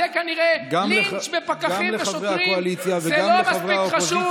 כנראה לינץ' בפקחים ובשוטרים זה לא מספיק חשוב,